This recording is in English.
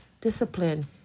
Discipline